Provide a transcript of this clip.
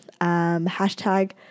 Hashtag